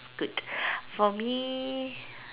good for me